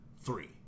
Three